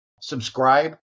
Subscribe